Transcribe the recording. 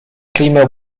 klimę